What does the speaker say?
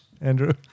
andrew